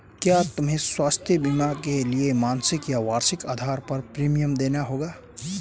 क्या मुझे स्वास्थ्य बीमा के लिए मासिक या वार्षिक आधार पर प्रीमियम देना होगा?